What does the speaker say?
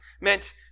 meant